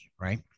right